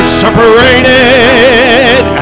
separated